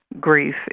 grief